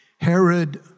Herod